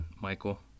Michael